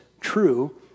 true